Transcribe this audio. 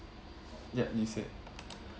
ya you say